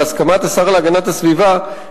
בהסכמת השר להגנת הסביבה,